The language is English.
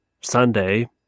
Sunday